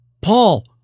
Paul